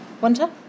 winter